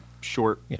short